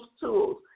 tools